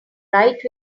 right